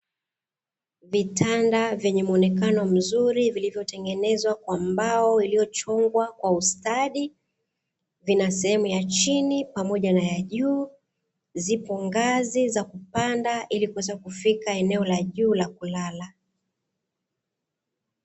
Vitanda vyenye muonekano mzuri vilivyotengenezwa kwa mbao iliyochongwa kwa ustadi, vina sehemu ya chini pamoja na ya juu, zipo ngazi za kupanda ili kuweza kufika eneo la juu la kulala.